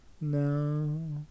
No